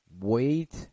Wait